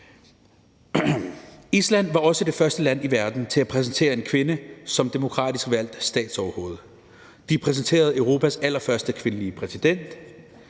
Island var også det første land i verden til at præsentere en kvinde som demokratisk valgt statsoverhoved. De præsenterede Europas allerførste kvindelige præsident.